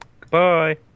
Goodbye